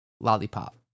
lollipop